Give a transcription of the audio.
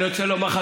אני רוצה לומר לך,